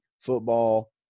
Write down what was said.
football